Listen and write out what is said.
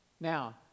Now